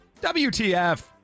WTF